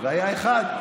והיה אחד,